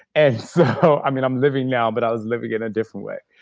and so i'm i'm living now, but i was living in a different way.